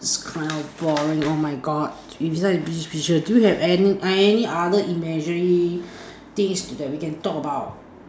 it's kind of boring oh my God eh besides this picture do you have any other imaginary things that we can talk about